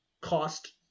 cost